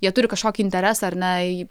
jie turi kažkokį interesą ar ne į